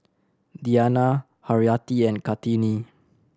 Diyana Haryati and Kartini